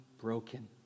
broken